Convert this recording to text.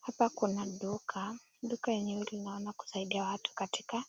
Hapa kuna duka, duka yenye ninaona husaidia watu katika